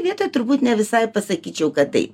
vietoj turbūt ne visai pasakyčiau kad tai